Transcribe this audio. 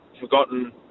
forgotten